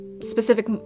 Specific